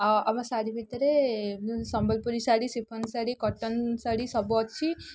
ଆଉ ଆମ ଶାଢ଼ୀ ଭିତରେ ସମ୍ବଲପୁରୀ ଶାଢ଼ୀ ସିଫନ୍ ଶାଢ଼ୀ କଟନ୍ ଶାଢ଼ୀ ସବୁ ଅଛି